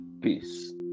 peace